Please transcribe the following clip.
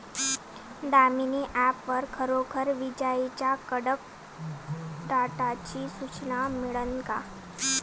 Damini app वर खरोखर विजाइच्या कडकडाटाची सूचना मिळन का?